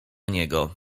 niego